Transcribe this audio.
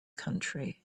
country